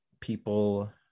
people